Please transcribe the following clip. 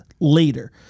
later